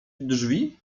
drzwi